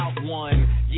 one